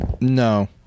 No